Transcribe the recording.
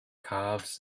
calves